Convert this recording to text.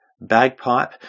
Bagpipe